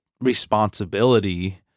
responsibility